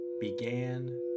began